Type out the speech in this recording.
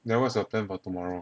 then what's your plan for tomorrow